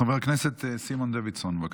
חבר הכנסת סימון דוידסון, בבקשה.